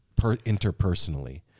interpersonally